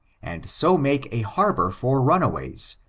and so make a harbor for run aways,